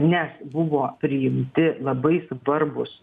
nes buvo priimti labai svarbūs